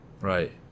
Right